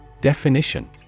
Definition